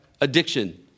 addiction